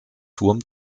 turm